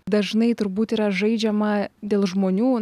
dažnai turbūt yra žaidžiama dėl žmonių